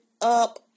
up